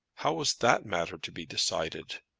how was that matter to be decided,